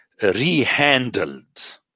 rehandled